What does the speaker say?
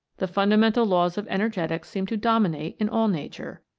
the fundamental laws of energetics seem to dominate in all nature.